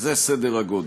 זה סדר הגודל.